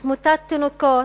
שיעור תמותת תינוקות